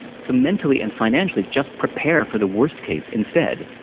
so, mentally, and financially, just prepare for the worst case instead.